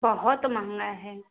बहुत महंगा है